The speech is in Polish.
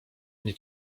nie